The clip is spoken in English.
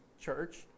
church